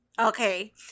Okay